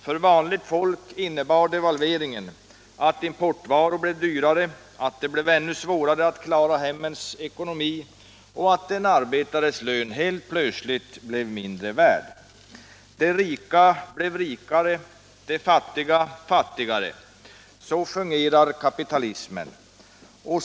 För vanligt folk innebar devalveringen att alla importvaror blev dyrare, att det blev ännu svårare att klara hemmens ekonomi, att en arbetares lön helt plötsligt blev mindre värd. De rika blev rikare, de fattiga fattigare. Så fungerar kapitalismen.